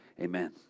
amen